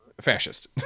fascist